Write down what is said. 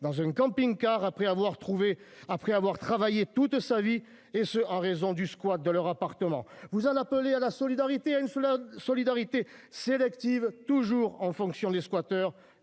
après avoir trouvé après avoir travaillé toute sa vie et ce en raison du squat de leur appartement vous en appeler à la solidarité à une sous la solidarité sélective toujours en fonction des squatters